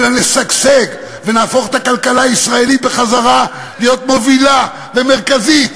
אלא נשגשג ונהפוך את הכלכלה הישראלית בחזרה להיות מובילה ומרכזית,